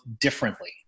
differently